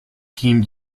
kim